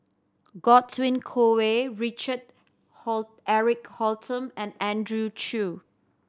Godwin Koay Richard Eric Holttum and Andrew Chew